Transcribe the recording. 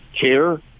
care